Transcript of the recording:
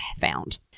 found